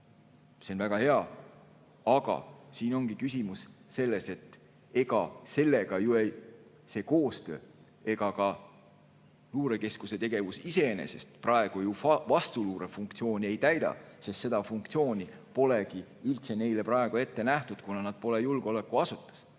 See on väga hea! Aga siin ongi küsimus selles, et ei see koostöö ega ka luurekeskuse tegevus iseenesest praegu ju vastuluurefunktsiooni ei täida. Seda funktsiooni polegi neile üldse praegu ette nähtud, kuna nad ei ole julgeolekuasutus.